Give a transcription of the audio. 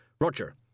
Roger